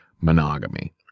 monogamy